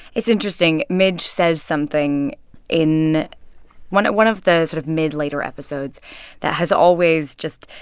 it's interesting. midge says something in one one of the sort of mid-later episodes that has always just,